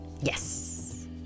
Yes